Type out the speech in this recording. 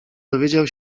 dowiedział